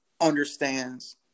understands